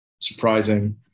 surprising